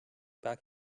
back